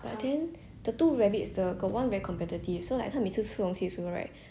the oth~ the brown [one] got one brown and black [one] the brown 他会去 like